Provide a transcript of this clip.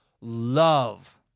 love